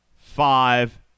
five